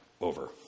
over